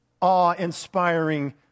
awe-inspiring